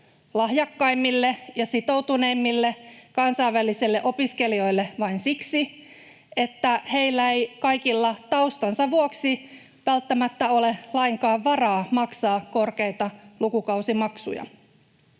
lahjakkaimmille ja sitoutuneimmille kansainvälisille opiskelijoille vain siksi, että heillä kaikilla ei taustansa vuoksi ole välttämättä lainkaan varaa maksaa korkeita lukukausimaksuja?